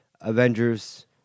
Avengers